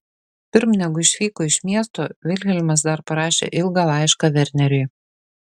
pirm negu išvyko iš miesto vilhelmas dar parašė ilgą laišką verneriui